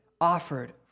offered